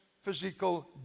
physical